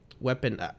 weapon